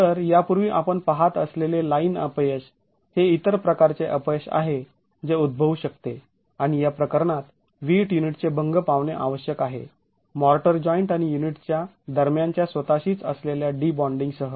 तर यापूर्वी आपण पहात असलेले लाईन अपयश हे इतर प्रकारचे अपयश आहे जे उद्भवू शकते आणि या प्रकरणात वीट युनिटचे भंग पावणे आवश्यक आहे मॉर्टर जॉईंट आणि युनिटच्या दरम्यानच्या स्वतःशीच असलेल्या डीबॉण्डिंग सह